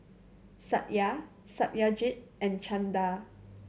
Satya Satyajit and Chanda